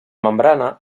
membrana